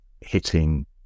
hitting